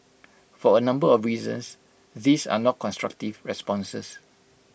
for A number of reasons these are not constructive responses